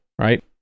Right